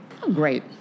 Great